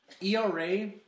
ERA—